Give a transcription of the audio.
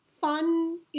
fun